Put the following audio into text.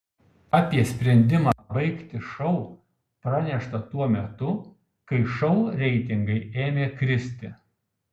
apie sprendimą baigti šou pranešta tuo metu kai šou reitingai ėmė kristi